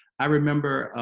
i remember.